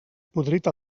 podrit